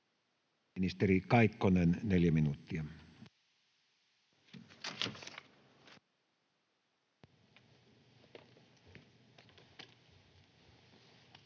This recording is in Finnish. Ministeri Kaikkonen, 4 minuuttia.